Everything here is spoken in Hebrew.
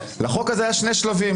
לחוק הזה היו שני שלבים.